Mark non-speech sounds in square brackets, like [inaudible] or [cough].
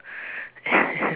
[laughs]